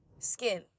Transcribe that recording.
Skin